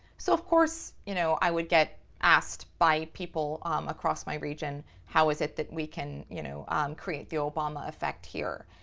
so of course, you know, i would get asked by people across my region how is it that we can you know create the obama effect here?